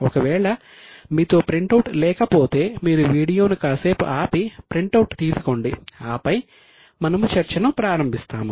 ఒకవేళ మీతో ప్రింటౌట్ లేకపోతే మీరు వీడియోను కాసేపు ఆపి ప్రింటౌట్ తీసుకోండి ఆపై మనము చర్చను ప్రారంభిస్తాము